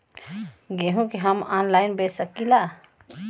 गेहूँ के हम ऑनलाइन बेंच सकी ला?